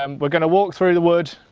um we are going to walk through the wood,